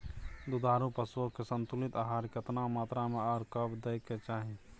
दुधारू पशुओं के संतुलित आहार केतना मात्रा में आर कब दैय के चाही?